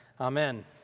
Amen